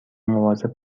مواظب